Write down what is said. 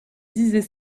disais